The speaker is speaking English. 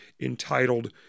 entitled